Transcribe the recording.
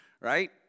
right